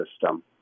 system